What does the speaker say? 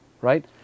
right